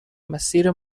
مسیر